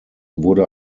wurde